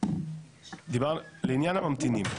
לעניין הממתינים.